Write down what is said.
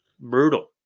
brutal